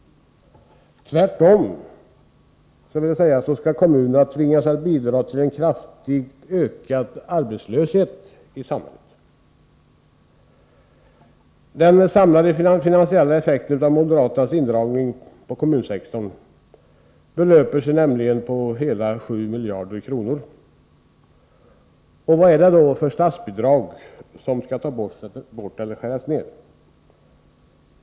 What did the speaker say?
Tvärtom skall kommunerna tvingas medverka till en kraftigt ökad arbetslöshet i samhället. Den samlade finansiella effekten av moderaternas indragning på kommunsektorn belöper sig nämligen till hela 7 miljarder kronor. Vad är det då för statsbidrag som skall tas bort eller skäras ned?